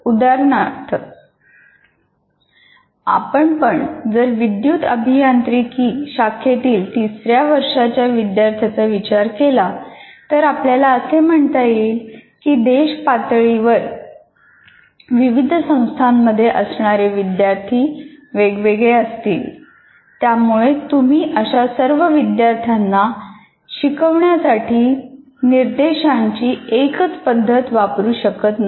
उदाहरणार्थ आपण पण जर विद्युत अभियांत्रिकी शाखेतील तिसऱ्या वर्षाच्या विद्यार्थ्यांचा विचार केला तर आपल्याला असे म्हणता येईल की देशपातळीवर विविध संस्थांमध्ये असणारे विद्यार्थी वेगवेगळे असतील त्यामुळे तुम्ही अशा सर्व विद्यार्थ्यांना शिकवण्यासाठी निर्देशांची एकच पद्धत वापरू शकत नाही